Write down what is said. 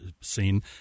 scene